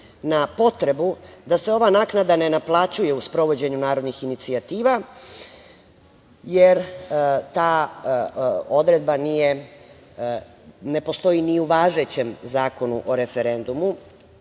na potrebu da se ova naknada ne naplaćuje u sprovođenju narodnih inicijativa, jer ta odredba ne postoji ni u važećem Zakonu o referendumu